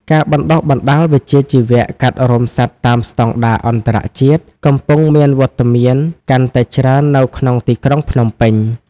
ការបណ្តុះបណ្តាលវិជ្ជាជីវៈកាត់រោមសត្វតាមស្តង់ដារអន្តរជាតិ កំពុងមានវត្តមានកាន់តែច្រើននៅក្នុងទីក្រុងភ្នំពេញ។